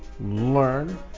learn